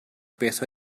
beth